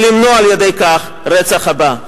ולמנוע על-ידי כך את הרצח הבא.